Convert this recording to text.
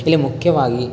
ಇಲ್ಲಿ ಮುಖ್ಯವಾಗಿ